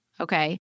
okay